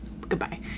Goodbye